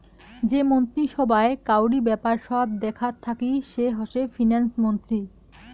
যে মন্ত্রী সভায় কাউরি ব্যাপার সব দেখাত থাকি সে হসে ফিন্যান্স মন্ত্রী